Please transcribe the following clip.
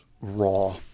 raw